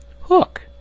Hook